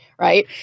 right